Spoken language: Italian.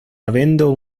avendo